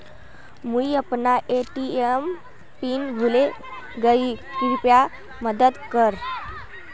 मुई अपना ATM PIN भूले गही कृप्या मदद कर